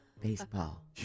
baseball